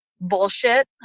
bullshit